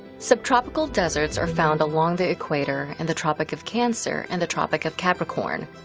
subtropical deserts are found along the equator, and the tropic of cancer, and the tropic of capricorn.